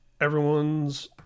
everyone's